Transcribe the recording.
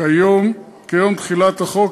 ליום תחילת החוק,